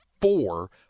four